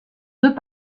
deux